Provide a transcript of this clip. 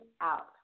out